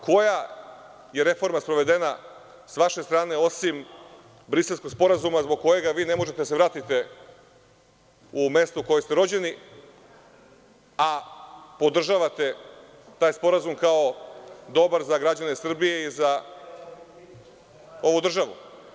Koja je reforma sprovedena s vaše strane, osim Briselskog sporazuma, zbog kojeg vi ne možete da se vratite u mesto u kome ste rođeni, a podržavate taj sporazum, kao dobar za građane Srbije i za ovu državu.